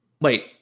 wait